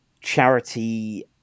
charity